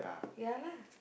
ya lah